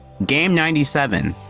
game ninety seven,